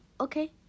Okay